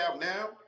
now